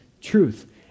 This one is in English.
truth